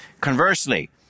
Conversely